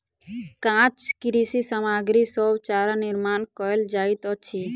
काँच कृषि सामग्री सॅ चारा निर्माण कयल जाइत अछि